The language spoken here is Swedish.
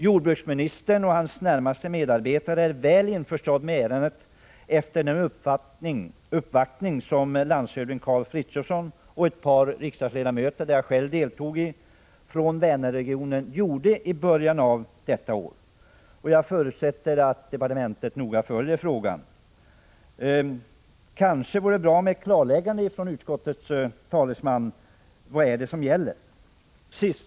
Jordbruksministern och hans närmaste medarbetare är väl insatta i ärendet efter den uppvaktning som landshövding Karl Frithiofson och ett par riksdagsledamöter från Vänerregionen, däribland jag själv, gjorde i början av detta år. Jag förutsätter att departementet noga följer frågan. Det vore kanske bra med ett klarläggande från utskottets talesman om vad det är som gäller. Herr talman!